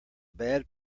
bad